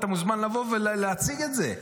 אתה מוזמן לבוא ולהציג את זה.